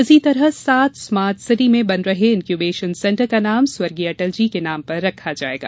इसी तरह सात स्मार्ट सिटी में बन रहे इनक्यूबेशन सेंटर्स का नाम स्वर्गीय अटल जी के नाम पर रखा जायेगा